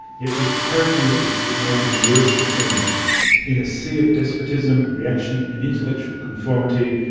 yet with characteristics that made them worth defending in a sea of despotism, reaction and intellectual conformity,